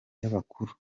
y’abakuru